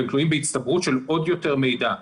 והם תלויים בהצטברות של עוד יותר מידע.